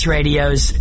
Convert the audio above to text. Radio's